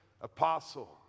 apostle